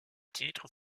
titres